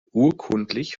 urkundlich